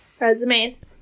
resumes